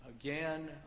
again